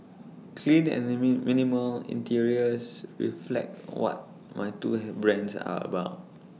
clean and the min minimal interiors reflect what my two hand brands are about